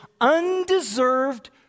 undeserved